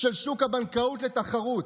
של שוק הבנקאות לתחרות.